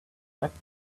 back